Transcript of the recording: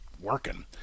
working